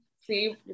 See